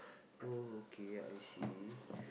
oh okay I see